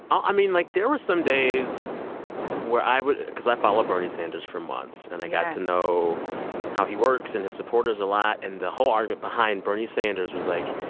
i mean, like, there were some days where i would because i followed bernie sanders for months, and i got to know how he works and his supporters a lot. and the whole argument behind bernie sanders was like,